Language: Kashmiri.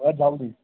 مگر جلدی